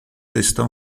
estão